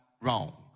wrong